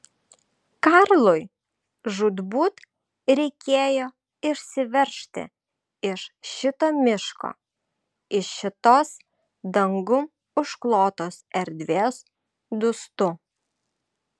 karlui žūtbūt reikėjo išsiveržti iš šito miško iš šitos dangum užklotos erdvės dūstu